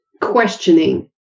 questioning